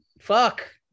Fuck